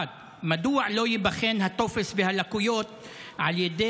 1. מדוע לא ייבחן הטופס והלקויות על ידי